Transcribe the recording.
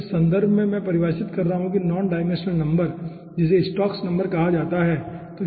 तो इस संदर्भ में मैं परिभाषित करता हूं कि नॉन डायमेंशनल नंबर जिसे स्टोक्स नंबर कहा जाता है क्या है